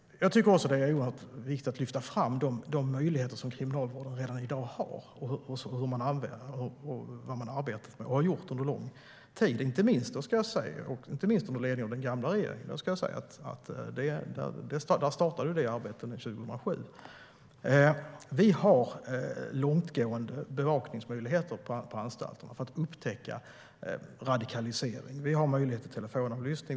Det är också oerhört viktigt att lyfta fram de möjligheter som Kriminalvården har redan i dag och vad man har gjort under lång tid, inte minst under ledning av den gamla regeringen. Det arbetet startade 2007. Vi har långtgående bevakningsmöjligheter på anstalter för att upptäcka radikalisering. Det finns möjlighet till telefonavlyssning.